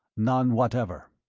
none whatever.